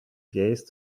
gaze